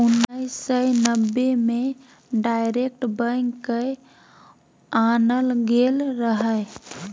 उन्नैस सय नब्बे मे डायरेक्ट बैंक केँ आनल गेल रहय